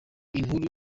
inkuru